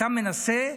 אתה מנסה,